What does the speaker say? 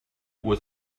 was